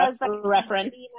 reference